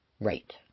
right